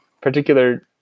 particular